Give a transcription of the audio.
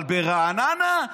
אבל ברעננה?